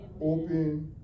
Open